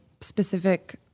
specific